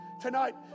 tonight